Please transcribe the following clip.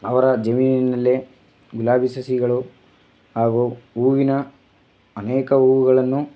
ಅವರ ಜಮೀನಿನಲ್ಲಿ ಗುಲಾಬಿ ಸಸಿಗಳು ಹಾಗೂ ಹೂವಿನ ಅನೇಕ ಹೂವುಗಳನ್ನು